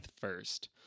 first